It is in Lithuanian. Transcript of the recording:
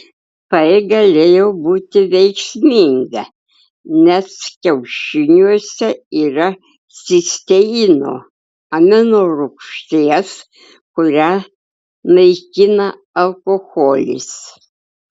tai galėjo būti veiksminga nes kiaušiniuose yra cisteino amino rūgšties kurią naikina alkoholis